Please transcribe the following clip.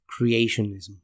creationism